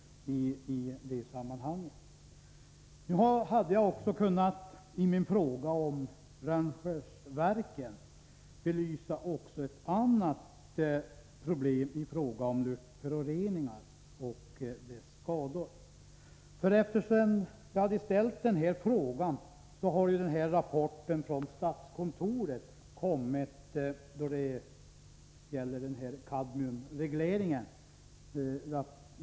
Efter det att jag hade ställt frågan om svavelutsläppen vid Rönnskärsverken har det kommit en rapport från statskontoret om effekter och kostnader när det gäller kadmiumregleringen.